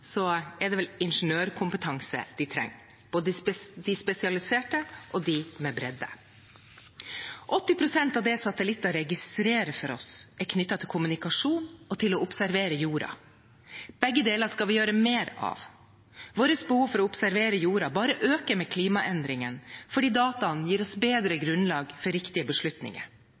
er det vel ingeniørkompetanse en trenger, både de spesialiserte og de med bredde. 80 pst. av det satellitter registrerer for oss, er knyttet til kommunikasjon og til å observere jorden. Begge deler skal vi gjøre mer av. Vårt behov for å observere jorden bare øker med klimaendringene, fordi dataene gir oss bedre grunnlag for riktige beslutninger.